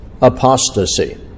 apostasy